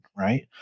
Right